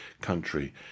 country